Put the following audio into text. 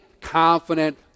confident